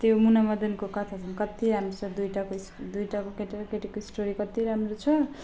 त्यो मुना मदनको कथा झन् कति राम्रो छ दुइटा इस दुईटाको केटा र केटीको स्टोरी कत्ति राम्रो छ